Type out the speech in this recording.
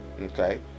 okay